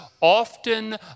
often